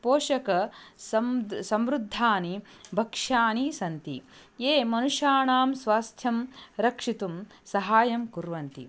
पोषक सम्द् संवृद्धानि भक्ष्यानि सन्ति ये मनुष्याणां स्वास्थ्यं रक्षितुं सहाय्यं कुर्वन्ति